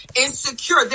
insecure